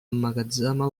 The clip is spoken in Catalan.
emmagatzema